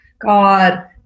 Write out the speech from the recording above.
God